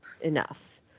enough